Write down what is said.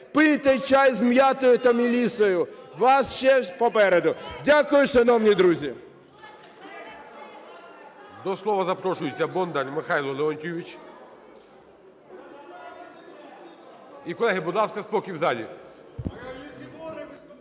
Пийте час з м'ятою та мелісою, у вас ще попереду. Дякую, шановні друзі.